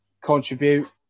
contribute